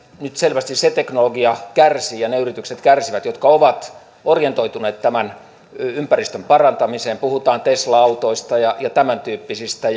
nyt selvästi se teknologia kärsii ja ne yritykset kärsivät jotka ovat orientoituneet ympäristön parantamiseen puhutaan tesla autoista ja ja tämäntyyppisistä